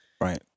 right